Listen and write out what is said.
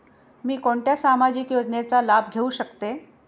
मी कोणत्या सामाजिक योजनेचा लाभ घेऊ शकते?